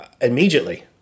immediately